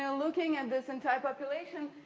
and looking at this entire population,